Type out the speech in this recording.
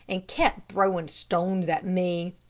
and kept throwing stones at me.